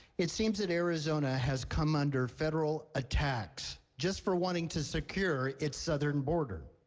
it seems that arizona has come under federal attack just for wanting to secure its southern border.